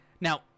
Now